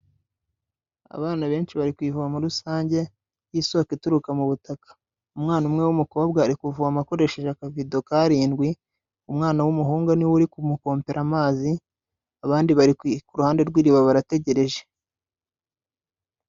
Abana benshi bari ku ivomo rusange, y'isoko ituruka mu butaka. Umwana umwe w'umukobwa ari kuvoma akoresheje akavudo k'arindwi, umwana w'umuhungu niwe uri ku mupompera amazi, abandi bari kwi ku ruhande rw'iriba barategereje.